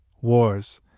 wars